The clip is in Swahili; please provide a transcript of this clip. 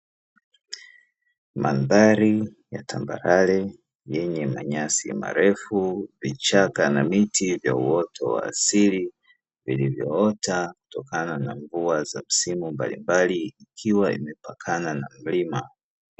Mandhari ya tambarare yenye manyasi marefu, vichaka na miti ya uoto wa asili vilivyoota kutokana na mvua za msimu mbalimbali ikiwa imepakana na mlima.